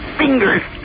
fingers